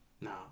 no